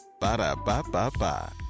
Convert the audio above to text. Ba-da-ba-ba-ba